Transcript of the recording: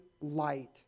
light